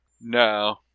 No